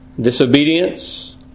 disobedience